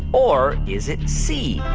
or is it c,